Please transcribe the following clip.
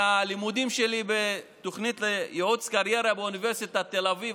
מהלימודים שלי בתוכנית לייעוץ קריירה באוניברסיטת תל אביב,